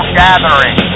gathering